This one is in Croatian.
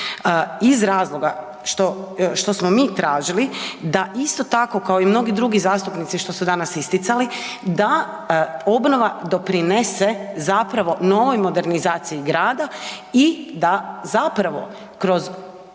Iz razloga što smo mi tražili da isto tako kao i mnogi drugi zastupnici što su danas isticali, da obnova doprinese zapravo novoj modernizaciji grada i da zapravo kroz